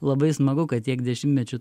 labai smagu kad tiek dešimtmečių